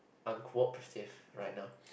uncooperative right now